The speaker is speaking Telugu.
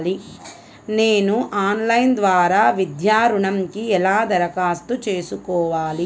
నేను ఆన్లైన్ ద్వారా విద్యా ఋణంకి ఎలా దరఖాస్తు చేసుకోవాలి?